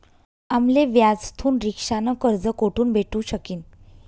आम्ले व्याजथून रिक्षा न कर्ज कोठून भेटू शकीन